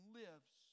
lives